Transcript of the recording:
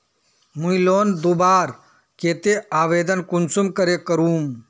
मुई लोन लुबार केते आवेदन कुंसम करे करूम?